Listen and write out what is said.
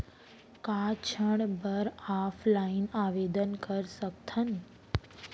का ऋण बर ऑफलाइन आवेदन कर सकथन?